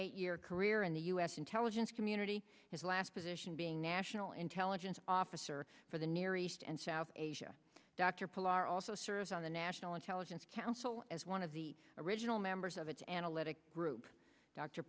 eight year career in the u s intelligence community his last position being national intelligence officer for the near east and south asia dr paul are also serves on the national intelligence council as one of the original members of its analytic group dr